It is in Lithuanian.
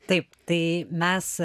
taip tai mes